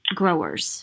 growers